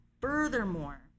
furthermore